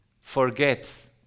forgets